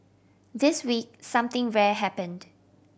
this week something rare happened